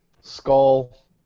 Skull